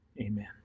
amen